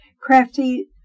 Crafty